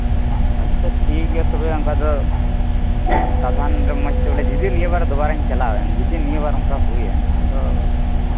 ᱟᱪᱪᱷᱟ ᱴᱷᱤᱠ ᱜᱮᱭᱟ ᱛᱚᱵᱮ ᱚᱱᱠᱟ ᱫᱚ ᱥᱟᱫᱷᱟᱨᱚᱱ ᱫᱚ ᱢᱚᱡᱽ ᱛᱮ ᱵᱚᱞᱮ ᱡᱩᱫᱤ ᱱᱤᱭᱟᱹᱵᱟᱨ ᱫᱩᱵᱟᱨᱟᱧ ᱪᱟᱞᱟᱣᱮᱱ ᱡᱩᱫᱤ ᱱᱤᱭᱟᱹᱵᱟᱨ ᱚᱱᱠᱟ ᱦᱩᱭᱮᱱ ᱛᱳ